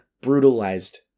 brutalized